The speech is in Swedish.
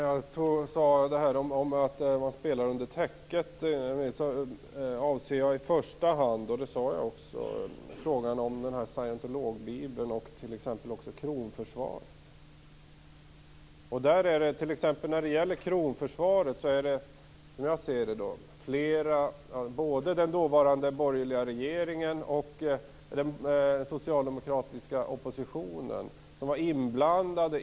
Herr talman! När jag sade att man spelar under täcket avsåg jag i första hand - det sade jag också - frågorna om scientologbibeln och kronförsvaret. När det gäller kronförsvaret var, som jag ser det, både den dåvarande borgerliga regeringen och den socialdemokratiska oppositionen inblandade.